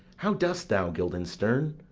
how dost thou, guildenstern?